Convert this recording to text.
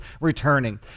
returning